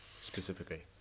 specifically